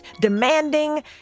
demanding